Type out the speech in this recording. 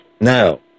Now